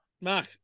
Mark